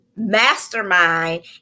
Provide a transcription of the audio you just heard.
mastermind